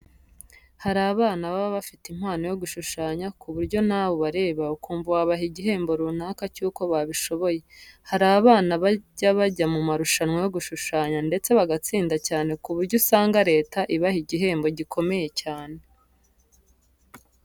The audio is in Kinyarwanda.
Hari abana baba bafite impano yo gushushanya ku buryo nawe ubareba ukumva wabaha igihembo runaka cy'uko babishoboye. Hari abana bajya bajya mu marushanwa yo gushushanya ndetse bagatsinda cyane ku buryo usanga Leta ibaha igihembo gikomeye cyane.